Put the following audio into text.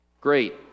Great